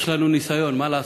יש לנו ניסיון, מה לעשות.